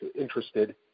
interested